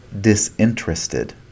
disinterested